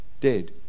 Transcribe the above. dead